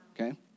Okay